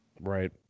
Right